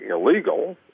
illegal